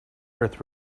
birth